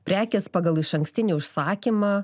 prekės pagal išankstinį užsakymą